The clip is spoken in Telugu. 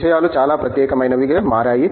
విషయాలు చాలా ప్రత్యేకమైనవిగా మారాయి